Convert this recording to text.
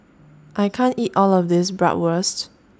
I can't eat All of This Bratwurst